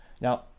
Now